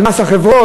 על מס החברות,